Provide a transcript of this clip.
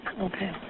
okay